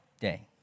day